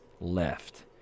left